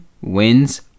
wins